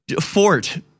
fort